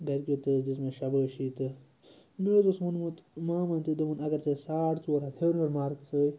گَرِکیٚیو تہِ حظ دِژ مےٚ شَبٲشی تہٕ مےٚ حظ اوس ووٚنمُت مامَن تہِ دوٚپُن اگر ژ ےٚ ساڑ ژور ہَتھ ہیوٚر ہیوٚر مارکٕس آے